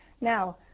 Now